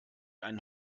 einen